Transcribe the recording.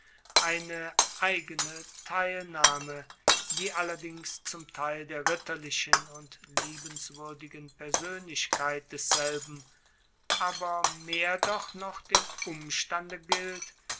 eine eigene teilnahme die allerdings zum teil der ritterlichen und liebenswuerdigen persoenlichkeit desselben aber mehr doch noch dem umstande gilt